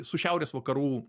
su šiaurės vakarų